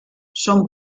són